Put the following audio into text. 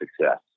success